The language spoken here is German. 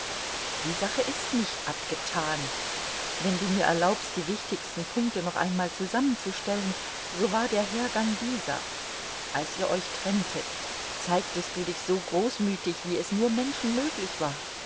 die sache ist nicht abgetan wenn du mir erlaubst die wichtigsten punkte noch einmal zusammenzustellen so war der hergang dieser als ihr euch trenntet zeigtest du dich so großmütig wie es nur menschenmöglich war